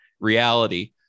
Reality